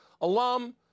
alum